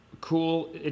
cool